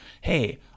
hey